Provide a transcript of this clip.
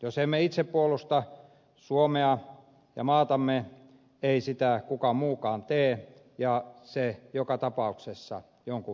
jos emme itse puolusta suomea ja maatamme ei sitä kukaan muukaan tee ja se joka tapauksessa jonkun verran maksaa